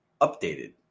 updated